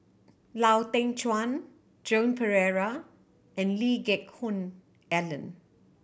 Lau Teng Chuan Joan Pereira and Lee Geck Hoon Ellen